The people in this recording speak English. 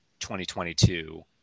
2022